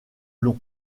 long